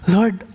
Lord